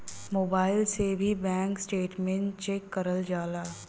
mobile से भी bank statement check करल जाला